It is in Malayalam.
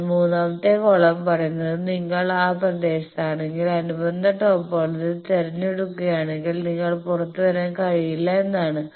എന്നാൽ മൂന്നാമത്തെ കോളം പറയുന്നത് നിങ്ങൾ ആ പ്രദേശത്താണെങ്കിൽ അനുബന്ധ ടോപ്പോളജി തിരഞ്ഞെടുക്കുകയാണെങ്കിൽ നിങ്ങൾക്ക് പുറത്തുവരാൻ കഴിയില്ല എന്നാണ്